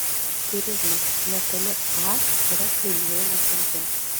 turizmas netoli a yra slidinėjimo centrai